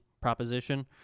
proposition